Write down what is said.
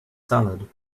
salad